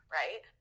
right